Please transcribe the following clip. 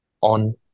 on